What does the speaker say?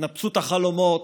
התנפצות החלומות,